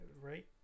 Right